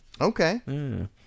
Okay